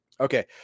Okay